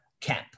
Camp